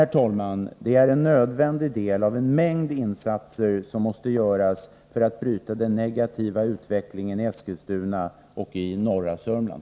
Detta är en nödvändig del av en mängd insatser som måste göras för att bryta den negativa utvecklingen i Eskilstuna och i norra Sörmland.